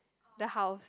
the house